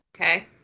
Okay